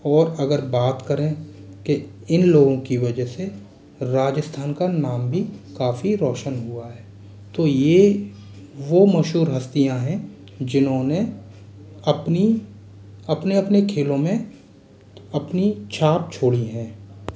और अगर बात करें के इन लोगों की वजह से राजस्थान का नाम भी काफी रौशन हुआ है तो यह वह मशहूर हस्तियाँ हैं जिन्होंने अपनी अपने अपने खेलों में अपनी छाप छोड़ी है